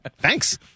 Thanks